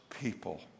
people